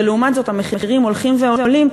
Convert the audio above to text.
ולעומת זאת המחירים הולכים ועולים,